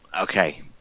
okay